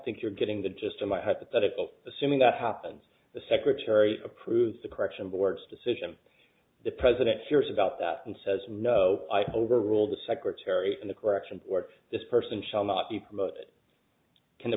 think you're getting the gist of my hypothetical assuming that happens the secretary approves the correction board's decision the president cares about that and says no i have over all the secretary in the correction or this person shall not be promoted can the